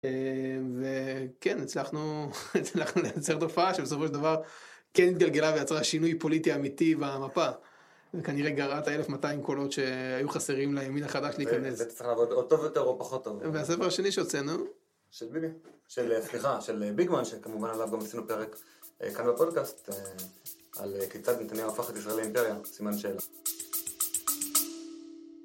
וכן, הצלחנו, הצלחנו לייצר תופעה שבסופו של דבר, כן התגלגלה ויצרה שינוי פוליטי אמיתי במפה. זה כנראה גרע את ה-1200 קולות שהיו חסרים לימין החדש להיכנס. והיית צריך לעבוד טוב יותר או פחות טוב. והספר השני שהוצאנו... של ביבי. של, סליחה, של ביגמן, שכמובן עלה גם בסיום הפרק כאן בפודקאסט, על כיצד נתניהר הפך את ישראל לאימפריה, סימן שאלה.